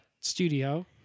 Studio